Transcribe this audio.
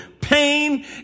pain